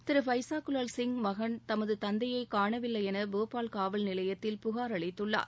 திரு பைசாகுவால் சிங் ன் மகன் தமது தந்தையை காணவில்லையென போபால் காவல்நிலையத்தில் புகார் அளித்துள்ளார்